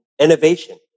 innovation